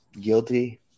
Guilty